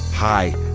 Hi